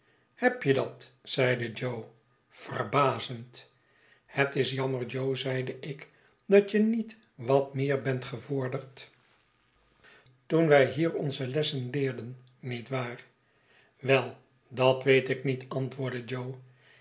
heb je dat zeide jo verbazend v het is jammer jo zeide ik dat je niet wat meer bent gevorderd toen wij hier onze lessen leerden niet waar wel dat weet ik niet antwoordde jo